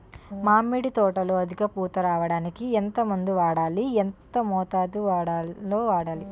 మామిడి తోటలో అధిక పూత రావడానికి ఎంత మందు వాడాలి? ఎంత మోతాదు లో వాడాలి?